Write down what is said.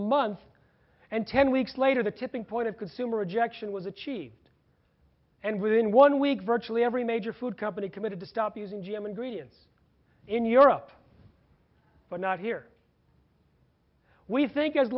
month and ten weeks later the tipping point of consumer rejection was achieved and within one week virtually every major food company committed to stop using g m and greedy and in europe but not here we think as